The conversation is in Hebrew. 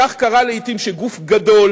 כך קרה לעתים שגוף גדול